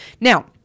Now